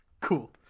Cool